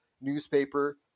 newspaper